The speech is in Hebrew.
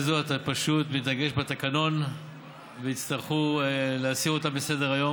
בזאת אתה פשוט מתנגש בתקנון ויצטרכו להסיר אותה מסדר-היום.